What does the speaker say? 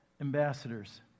ambassadors